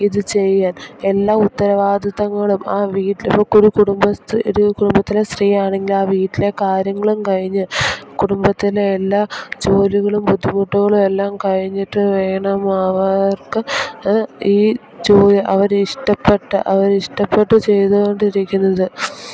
ഇത് ചെയ്യാൻ എല്ലാ ഉത്തരവാദിത്വങ്ങളും ആ വീട്ടിലെ ഒരു കുടുംബത്തിൽ ഒരു കുടുംബത്തിലെ സ്ത്രീ ആണെങ്കിൽ ആ വീട്ടിലെ കാര്യങ്ങളും കഴിഞ്ഞ് കുടുംബത്തിലെ എല്ലാ ജോലികളും ബുദ്ധിമുട്ടുകളും എല്ലാം കഴിഞ്ഞിട്ട് വേണം അവർക്ക് ഈ ജോലി അവർ ഇഷ്ടപ്പെട്ട് അവർ ഇഷ്ടപ്പെട്ട് ചെയ്തു കൊണ്ടിരിക്കുന്നത്